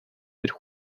but